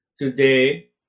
today